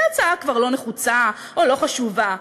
שההצעה כבר לא נחוצה או לא חשובה,